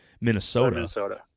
Minnesota